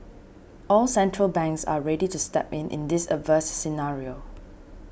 all central banks are ready to step in in this adverse scenario